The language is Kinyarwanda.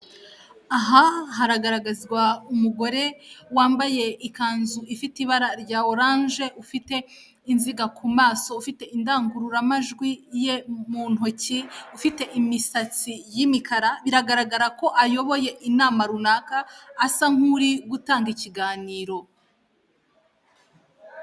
Aha haragaragazwa umugore wambaye ikanzu ifite ibara rya oranje ufite inziga ku maso, ufite indangururamajwi ye mu ntoki, ufite imisatsi y'imikara biragaragara ko ayoboye inama runaka asa nk'uri gutanga ikiganiro.